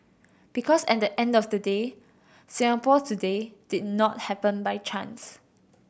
because at the end of the day Singapore today did not happen by chance